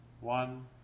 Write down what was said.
one